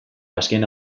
azken